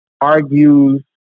argues